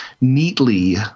neatly